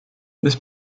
this